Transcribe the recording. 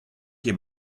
ket